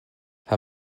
her